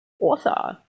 author